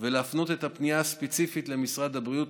ולהפנות את הפנייה הספציפית למשרד הבריאות,